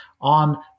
On